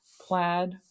plaid